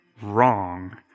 wrong